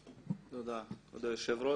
תודה, כבוד היושב-ראש.